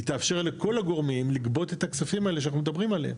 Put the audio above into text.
היא תאפשר לכל העובדים לגבות את הכספים האלה שאנחנו מדברים עליהם,